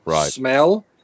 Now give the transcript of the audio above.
smell